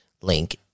link